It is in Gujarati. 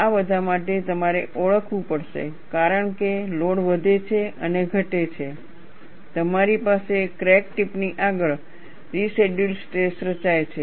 આ બધા માટે તમારે ઓળખવું પડશે કારણ કે લોડ વધે છે અને ઘટે છે તમારી પાસે ક્રેક ટિપની આગળ રેસિડયૂઅલ સ્ટ્રેસ રચાય છે